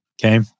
Okay